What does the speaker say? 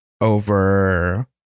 over